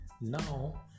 Now